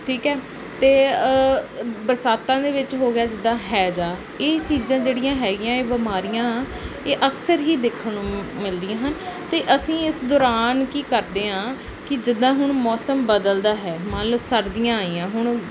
ਠੀਕ ਹੈ ਅਤੇ ਬਰਸਾਤਾਂ ਦੇ ਵਿੱਚ ਹੋ ਗਿਆ ਜਿੱਦਾਂ ਹੈਜਾ ਇਹ ਚੀਜ਼ਾਂ ਜਿਹੜੀਆਂ ਹੈਗੀਆਂ ਇਹ ਬਿਮਾਰੀਆਂ ਇਹ ਅਕਸਰ ਹੀ ਦੇਖਣ ਨੂੰ ਮਿਲਦੀਆਂ ਹਨ ਅਤੇ ਅਸੀਂ ਇਸ ਦੌਰਾਨ ਕੀ ਕਰਦੇ ਹਾਂ ਕਿ ਜਿੱਦਾਂ ਹੁਣ ਮੌਸਮ ਬਦਲਦਾ ਹੈ ਮੰਨ ਲਓ ਸਰਦੀਆਂ ਆਈਆਂ ਹੁਣ